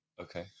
Okay